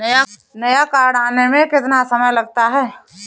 नया कार्ड आने में कितना समय लगता है?